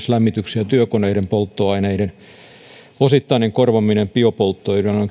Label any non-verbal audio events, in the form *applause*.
*unintelligible* lämmityksen ja työkoneiden polttoaineiden osittainen korvaaminen biopolttoöljyllä